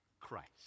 Christ